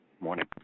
Morning